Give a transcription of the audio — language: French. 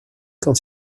quand